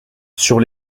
sur